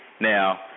Now